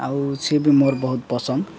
ଆଉ ସିଏ ବି ମୋର ବହୁତ ପସନ୍ଦ